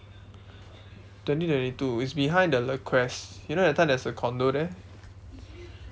twenty twenty two it's behind the le quest you know that time there's a condo there